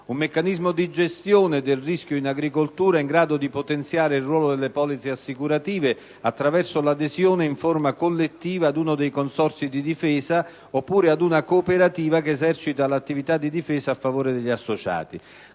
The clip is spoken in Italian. un meccanismo di gestione del rischio in agricoltura in grado di potenziare il ruolo delle polizze assicurative attraverso l'adesione in forma collettiva ad uno dei consorzi di difesa oppure ad una cooperativa che esercita l'attività di difesa a favore degli associati.